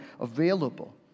available